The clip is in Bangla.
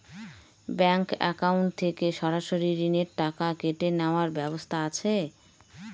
ব্যাংক অ্যাকাউন্ট থেকে সরাসরি ঋণের টাকা কেটে নেওয়ার ব্যবস্থা আছে?